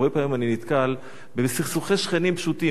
הרבה פעמים אני נתקל בסכסוכי שכנים פשוטים.